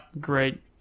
Great